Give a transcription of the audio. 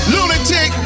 Lunatic